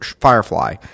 Firefly